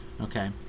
Okay